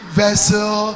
vessel